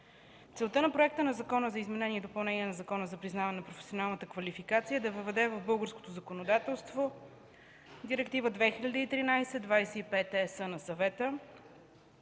Целта на Законопроекта за изменение и допълнение на Закона за признаване на професионални квалификации е да въведе в българското законодателство Директива 2013/25/ЕС на Съвета